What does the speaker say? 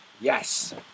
Yes